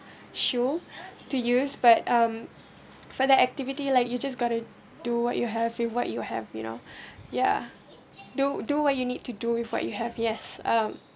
shoe to use but um for the activity like you just got to do what you have what you have you know yeah do do what you need to do with what you have yes um